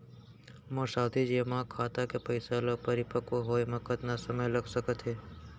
मोर सावधि जेमा खाता के पइसा ल परिपक्व होये म कतना समय लग सकत हे?